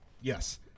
Yes